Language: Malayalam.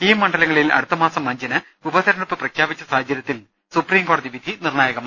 ഈ മണ്ഡ ലങ്ങളിൽ അടുത്ത മാസം അഞ്ചിന് ഉപതെരഞ്ഞെടുപ്പ് പ്രഖ്യാപിച്ച സാഹചര്യ ത്തിൽ സുപ്രീം കോടതി വിധി നിർണായകമാകും